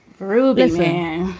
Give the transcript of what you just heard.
rubinsohn